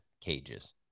cages